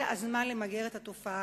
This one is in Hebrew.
זה הזמן למגר את התופעה.